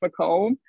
McComb